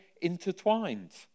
intertwined